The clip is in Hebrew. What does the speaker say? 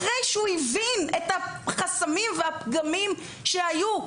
אחרי שהוא הבין את החסמים והפגמים שהיו.